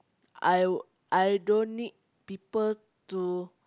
I I don't need people to